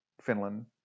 Finland